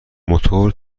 موتور